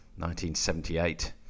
1978